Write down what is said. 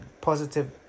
Positive